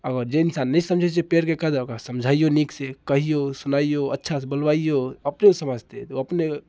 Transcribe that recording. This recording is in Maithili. आओर जे इन्सान नहि समझैत छै पेड़के कदर ओकरा समझैऔ नीक से कहिऔ सुनैऔ अच्छा से बोलबैऔ अपने ओ समझतै अपने